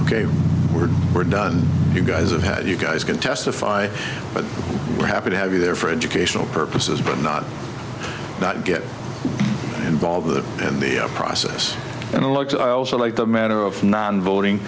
ok we're we're done you guys have had you guys can testify but we're happy to have you there for educational purposes but not not get involved in the process and like i also like the matter of non voting